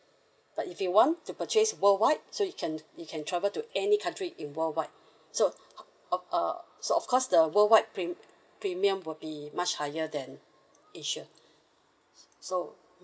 but if you want to purchase worldwide so you can you can travel to any country in worldwide so uh uh so of course the worldwide prem~ premium will be much higher than asia so